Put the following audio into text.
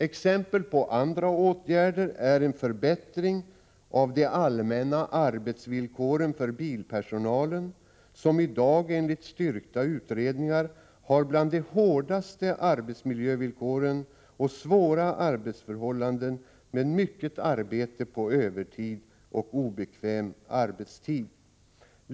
Exempel på andra åtgärder är en förbättring av de allmänna arbetsvillkoren för bilpersonalen, som i dag enligt styrkta utredningar arbetar under arbetsmiljövillkor som är bland de hårdaste som förekommer och som har svåra arbetsförhållanden över huvud taget med mycket arbete på övertid och obekväm arbetstid.